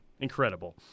Incredible